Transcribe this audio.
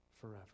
forever